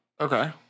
Okay